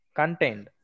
contained